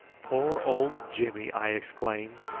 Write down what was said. poor old jimmy! i exclaimed,